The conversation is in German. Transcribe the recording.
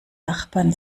nachbarn